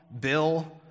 Bill